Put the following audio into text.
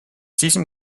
diesem